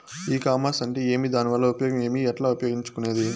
ఈ కామర్స్ అంటే ఏమి దానివల్ల ఉపయోగం ఏమి, ఎట్లా ఉపయోగించుకునేది?